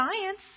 science